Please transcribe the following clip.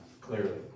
clearly